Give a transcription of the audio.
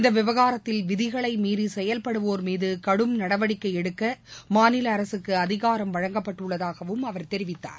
இந்த விவகாரத்தில் விதிகளை மீறி செயல்படுவோா் மீது கடும் நடவடிக்கை எடுக்க மாநில அரசுக்கு அதிகாரம் வழங்கப்பட்டுள்ளதாகவும் அவர் தெரிவித்தார்